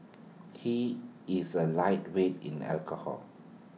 he is A lightweight in alcohol